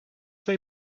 they